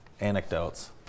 Anecdotes